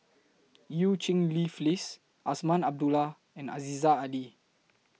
EU Cheng Li Phyllis Azman Abdullah and Aziza Ali